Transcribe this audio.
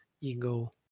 ego